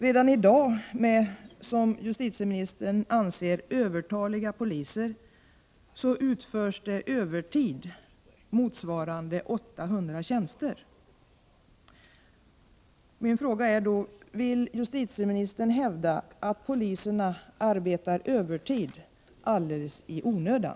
Redan i dag när vi enligt vad justitieministern anser har övertaliga poliser utförs det övertid motsvarande 800 tjänster. Min fråga är då: Vill justitieministern hävda att poliserna arbetar övertid alldeles i onödan?